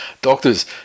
doctors